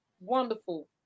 wonderful